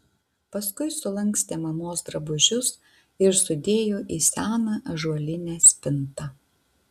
paskui sulankstė mamos drabužius ir sudėjo į seną ąžuolinę spintą